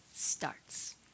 starts